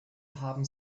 haben